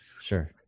Sure